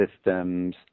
systems